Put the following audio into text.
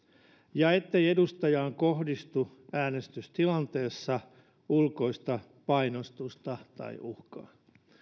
niin ettei edustajaan kohdistu äänestystilanteessa ulkoista painostusta tai uhkaa